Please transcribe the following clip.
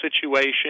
situation